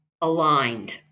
aligned